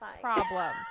problem